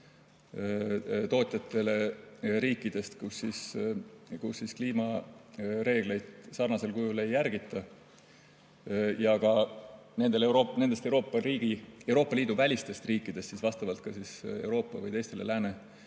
tootjatele riikidest, kus kliimareegleid sarnasel kujul ei järgita. Ja nendest Euroopa Liidu välistest riikidest saab Euroopa või teistele lääne